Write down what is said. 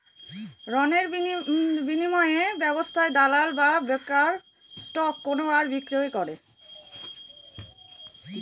রণের বিনিয়োগ ব্যবস্থায় দালাল বা ব্রোকার স্টক কেনে আর বিক্রি করে